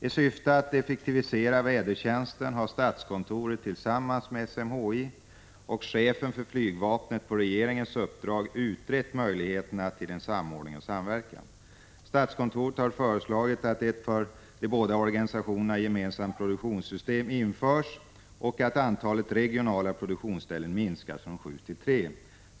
I syfte att effektivisera vädertjänsten har statskontoret tillsammans med SMHI och chefen för flygvapnet på regeringens uppdrag utrett möjligheterna till samordning och samverkan. Statskontoret har föreslagit att ett för de båda organisationerna gemensamt produktionssystem införs och att antalet regionala produktionsställen minskas från sju till tre.